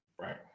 Right